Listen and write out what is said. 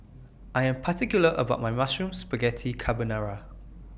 I Am particular about My Mushroom Spaghetti Carbonara